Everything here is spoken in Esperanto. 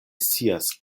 scias